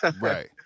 Right